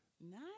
Nice